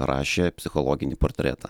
rašė psichologinį portretą